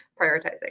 prioritizing